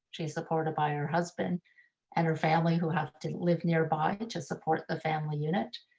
she's supported by her husband and her family who have to live nearby to support the family unit.